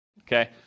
okay